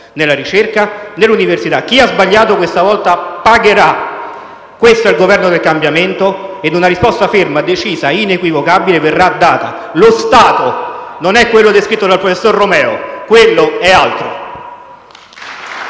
nella ricerca e nell'università. Chi ha sbagliato, questa volta pagherà. Questo è il Governo del cambiamento e una risposta ferma, decisa e inequivocabile verrà data. Lo Stato non è quello descritto dal professor Romeo, quello è